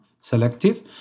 selective